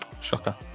Shocker